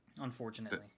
Unfortunately